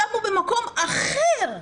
שמו במקום אחר,